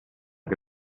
che